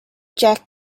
jack